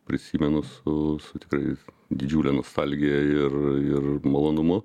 prisimenu su su tikrai didžiule nostalgija ir ir malonumu